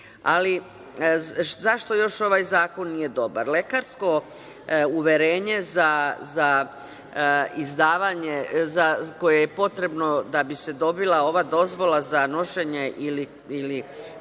god.Zašto još ovaj zakon nije dobar? Lekarsko uverenje koje je potrebno da bi se dobila ova dozvola za nošenje ili